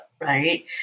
right